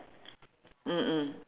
mm mm